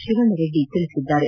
ಶಿವಣ್ಣರೆಡ್ಡಿ ತಿಳಿಸಿದ್ದಾರೆ